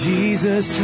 Jesus